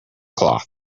cloth